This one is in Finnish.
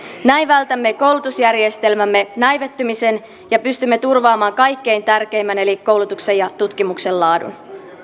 näin vältämme koulutusjärjestelmämme näivettymisen ja pystymme turvaamaan kaikkein tärkeimmän eli koulutuksen ja tutkimuksen laadun